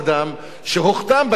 שהוכתם בכתם הזה,